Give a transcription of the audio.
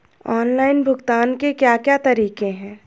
Online भुगतान के क्या क्या तरीके हैं?